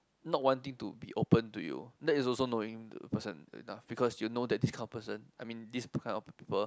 not wanting to be open to you that is also knowing the person enough because you know that this kind of person I mean this kind of people